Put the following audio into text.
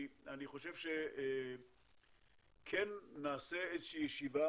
אני חושב שכן נעשה איזה שהיא ישיבה